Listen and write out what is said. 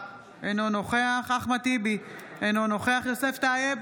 אינו נוכח אחמד טיבי, אינו נוכח יוסף טייב,